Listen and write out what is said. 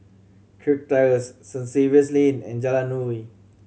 Kirk Terrace Saint Xavier's Lane and Jalan Nuri